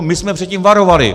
My jsme před tím varovali!